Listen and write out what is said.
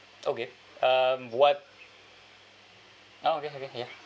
okay uh what ah okay okay ya